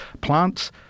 plants